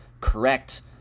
correct